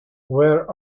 where